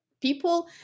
people